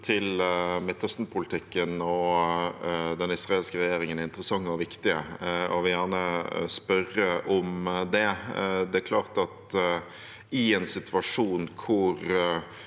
til Midtøstenpolitikken og den israelske regjeringen, er interessante og viktige, og jeg vil gjerne spørre om det. Det er klart at i en situasjon hvor